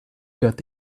got